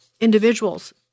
individuals